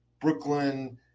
Brooklyn